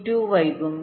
C2 വൈകും